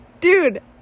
dude